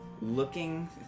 Looking